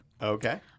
Okay